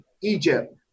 Egypt